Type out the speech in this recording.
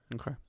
okay